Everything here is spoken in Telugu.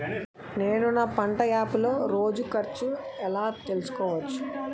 నేను నా పంట యాప్ లో రోజు ఖర్చు ఎలా తెల్సుకోవచ్చు?